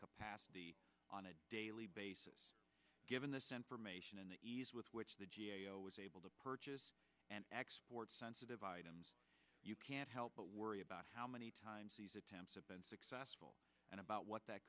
capacity on a daily basis given this information and the ease with which the g a o was able to purchase and export sensitive items you can't help but worry about how many times these attempts have been successful and about what that